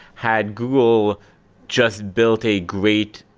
had google just built a great,